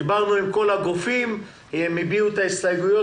דיברנו עם כל הגופים והם הביעו את ההסתייגויות